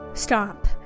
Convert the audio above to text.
Stop